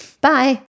Bye